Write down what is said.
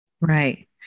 Right